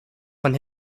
von